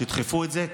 שידחפו את זה,